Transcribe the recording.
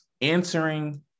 answering